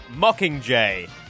Mockingjay